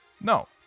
No